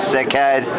Sickhead